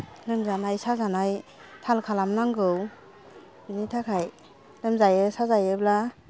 लोमजानाय साजानाय थाल खालामनांगौ बेनि थाखाय लोमजायो साजायोब्ला